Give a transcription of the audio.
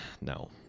No